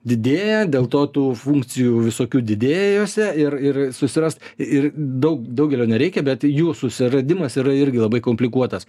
didėja dėl to tų funkcijų visokių didėja juose ir ir susirast ir daug daugelio nereikia bet jų susiradimas yra irgi labai komplikuotas